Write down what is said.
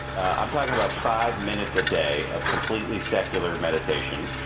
i'm talking about five minutes a day of completely secular meditation,